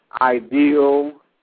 ideal